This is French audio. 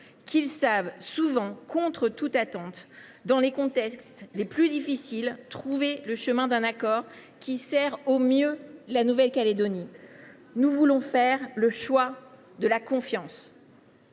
qu’ils savent souvent, contre toute attente et dans les contextes les plus difficiles, trouver le chemin d’un accord qui serve au mieux la Nouvelle Calédonie. Nous voulons faire le choix de la confiance.